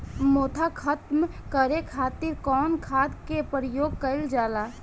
मोथा खत्म करे खातीर कउन खाद के प्रयोग कइल जाला?